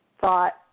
thought